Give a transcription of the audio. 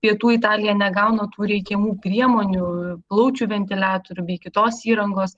pietų italija negauna tų reikiamų priemonių plaučių ventiliatorių bei kitos įrangos